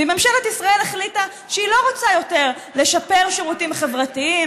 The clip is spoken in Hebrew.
ואם ממשלת ישראל החליטה שהיא לא רוצה יותר לשפר שירותים חברתיים,